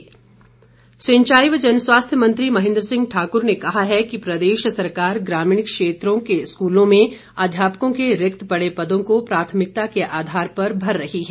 महेंद्र सिंह सिंचाई व जनस्वास्थ्य मंत्री महेंद्र सिंह ठाकुर ने कहा है कि प्रदेश सरकार ग्रामीण क्षेत्रों के स्कूलों में अध्यापकों के रिक्त पड़े पदों को प्राथमिकता के आधार पर भर रही है